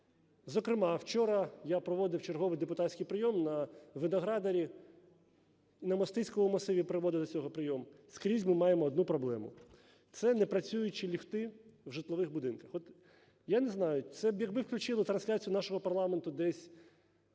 Зокрема, вчора я проводив черговий депутатський прийом на Виноградарі, на Мостицькому масиві проводив з цього прийом. Скрізь ми маємо одну проблему – це непрацюючі ліфти в житлових будинках. От я не знаю, це якби включили трансляцію нашого парламенту десь